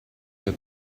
che